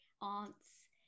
aunts